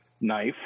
knife